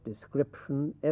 description